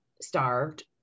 starved